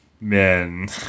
men